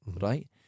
right